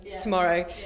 tomorrow